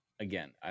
Again